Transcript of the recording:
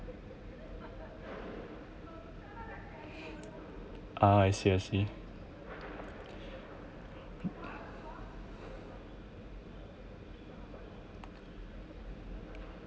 ah I see I see